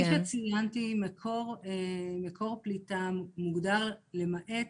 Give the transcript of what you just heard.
כפי שציינתי, מקור פליטה מוגדר למעט